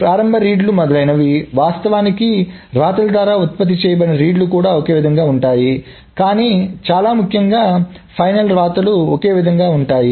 ప్రారంభ రీడ్లు మొదలైనవి వాస్తవానికి వ్రాతల ద్వారా ఉత్పత్తి చేయబడిన రీడ్లు కూడా ఒకే విధంగా ఉంటాయి కానీ చాలా ముఖ్యంగా ఫైనల్ వ్రాతలు ఒకే విధంగా ఉంటాయి